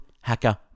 hacker